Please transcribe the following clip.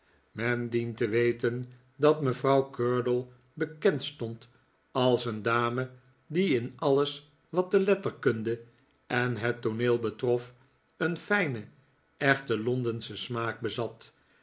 men dient te weten dat mevrouw curdle bekend stond als een dame die in alles wat de letterkunde en het tooneel betrof een fijnen echt londenschen smaak bezat